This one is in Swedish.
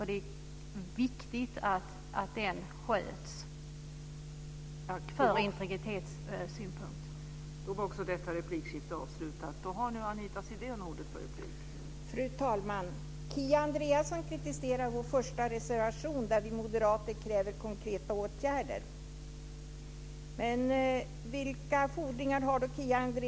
Det är viktigt från integritetssynpunkt att den sköts.